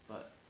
but